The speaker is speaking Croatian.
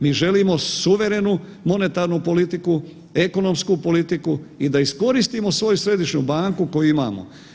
Mi želimo suverenu monetarnu politiku, ekonomsku politiku i da iskoristimo svoju središnju banku koju imamo.